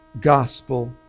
gospel